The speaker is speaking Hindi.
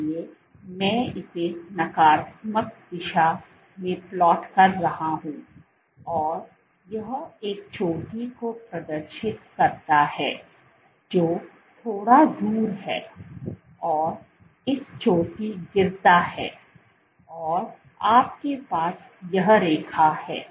इसलिए मैं इसे नकारात्मक दिशा में प्लॉट कर रहा हूंऔर यह एक चोटी को प्रदर्शित करता है जो थोड़ा दूर है और इस चोटी गिरता है और आपके पास यह रेखा है